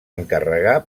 encarregar